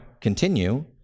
continue